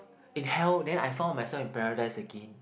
in hell then I found myself in paradise again